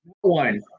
one